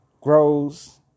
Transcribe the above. grows